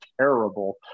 terrible